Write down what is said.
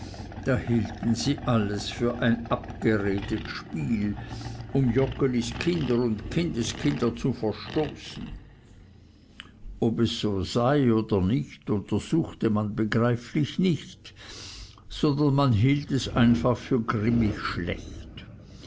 da hielten sie alles für ein abgeredet spiel um joggelis kinder und kindeskinder zu verstoßen ob es so sei oder nicht untersuchte man begreiflich nicht sondern man hielt es einfach für grimmig schlecht